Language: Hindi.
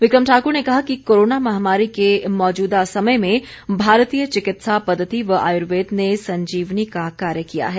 विक्रम ठाकुर ने कहा कि कोरोना महामारी के मौजूदा समय में भारतीय चिकित्सा पद्धति व आयुर्वेद ने संजीवनी का कार्य किया है